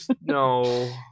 no